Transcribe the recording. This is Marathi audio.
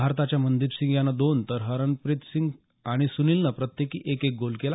भारताच्या मनदिप सिंग यानं दोन तर हरमनप्रित सिंग आणि सुनिलनं प्रत्येकी एक एक गोल केला